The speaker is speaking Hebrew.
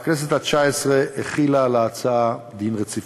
והכנסת התשע-עשרה החילה על ההצעה דין רציפות.